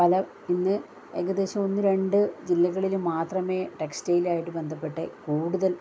പല ഇന്ന് ഏകദേശം ഒന്ന് രണ്ട് ജില്ലകളിൽ മാത്രമേ ടെക്സ്റ്റൈല്മായി ബന്ധപ്പെട്ട് കൂടുതൽ